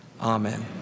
Amen